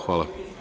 Hvala.